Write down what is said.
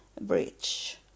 bridge